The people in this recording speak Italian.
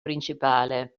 principale